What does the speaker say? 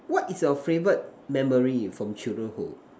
what is your favorite memory from children hood